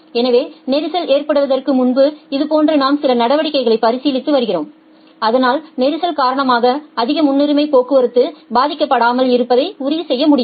எனவே நெரிசல் ஏற்படுவதற்கு முன்பு இது போன்ற நாம் சில நடவடிக்கைகளை பரிசீலித்து வருகிறோம் இதனால் நெரிசல் காரணமாக அதிக முன்னுரிமை போக்குவரத்து பாதிக்கப்படாமல் இருப்பதை உறுதிசெய்ய முடியும்